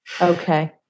Okay